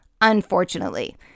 Unfortunately